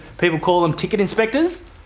people call them ticket inspectors.